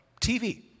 TV